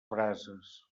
brases